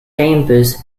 dampers